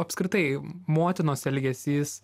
apskritai motinos elgesys